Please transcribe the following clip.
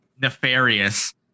nefarious